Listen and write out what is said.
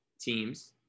teams